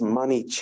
money